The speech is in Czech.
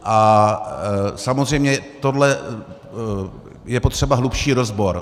A samozřejmě u tohoto je potřeba hlubší rozbor.